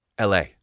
LA